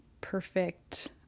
perfect